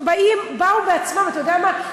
באו בעצמם, אתה יודע מה?